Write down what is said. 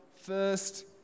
first